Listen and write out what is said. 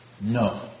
No